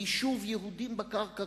יישוב יהודים על הקרקע,